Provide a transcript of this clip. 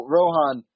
Rohan